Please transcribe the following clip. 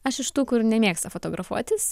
aš iš tų kur nemėgsta fotografuotis